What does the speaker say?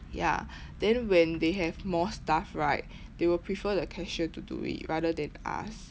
ya then when they have more staff right they will prefer the cashier to do it rather than us